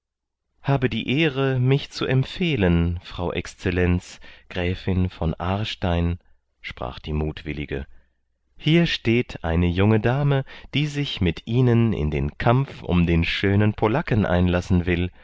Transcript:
habe die ehre mich zu empfehlen frau exzellenz gräfin von aarstein sprach die mutwillige hier steht eine junge dame die sich mit ihnen in den kampf um den schönen polacken einlassen will